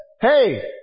Hey